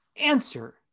Answer